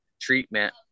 treatment